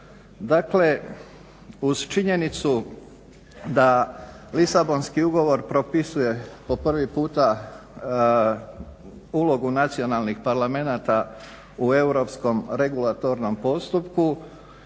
Dakle, uz činjenicu da Lisabonski ugovor propisuje po prvi puta ulogu nacionalnih parlamenata u europskom regulatornom postupku